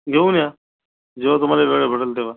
घेऊन या जेव्हा तुम्हाला वेळ भेटेल तेव्हा